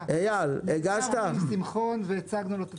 דיברנו עם שמחון והצגנו לו את התכנית.